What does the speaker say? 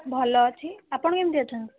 ଭଲ ଅଛି ଆପଣ କେମିତି ଅଛନ୍ତି